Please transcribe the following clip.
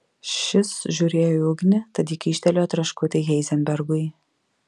šis žiūrėjo į ugnį tad ji kyštelėjo traškutį heizenbergui